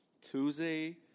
Tuesday